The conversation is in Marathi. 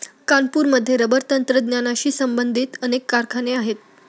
कानपूरमध्ये रबर तंत्रज्ञानाशी संबंधित अनेक कारखाने आहेत